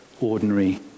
ordinary